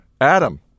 Adam